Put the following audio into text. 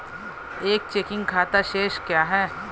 एक चेकिंग खाता शेष क्या है?